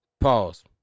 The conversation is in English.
pause